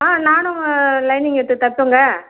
ஆ நானும் லைனிங் எடுத்து தைப்பேங்க